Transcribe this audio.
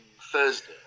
Thursday